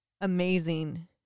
amazing